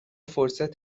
فرصت